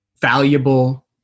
valuable